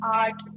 art